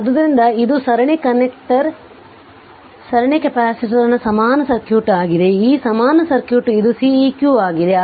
ಆದ್ದರಿಂದ ಇದು ಸರಣಿ ಕನೆಕ್ಟರ್ ಸರಣಿ ಕೆಪಾಸಿಟರ್ನ ಸಮಾನ ಸರ್ಕ್ಯೂಟ್ ಆಗಿದೆ ಈ ಸಮಾನ ಸರ್ಕ್ಯೂಟ್ ಇದು Ceq ಆಗಿದೆ